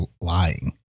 lying